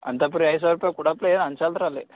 ಅಂಥ ಪರಿ ಐದು ಸಾವಿರ ರೂಪಾಯಿ ಕುಡಪ್ಲೆಯಾ ಅನ್ಸಲ್ಲ ರೀ ಅಲ್ಲಿ